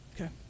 Okay